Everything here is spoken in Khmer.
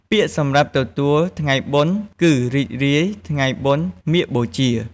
ពាក្យសម្រាប់ទទួលថ្ងៃបុណ្យ គឺ រីករាយថ្ងៃបុណ្យមាឃបូជា។